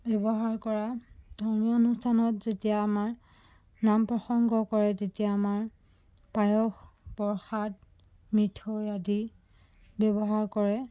ব্যৱহাৰ কৰা ধৰ্মীয় অনুষ্ঠানত যেতিয়া আমাৰ নাম প্ৰসংগ কৰে তেতিয়া আমাৰ পায়স প্ৰসাদ মিঠৈ আদি ব্যৱহাৰ কৰে